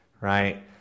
right